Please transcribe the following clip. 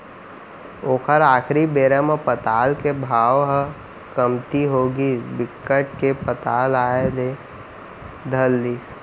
ओखर आखरी बेरा म पताल के भाव ह कमती होगिस बिकट के पताल आए ल धर लिस